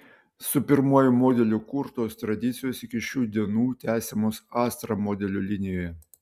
su pirmuoju modeliu kurtos tradicijos iki šių dienų tęsiamos astra modelių linijoje